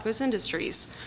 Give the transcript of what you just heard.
Industries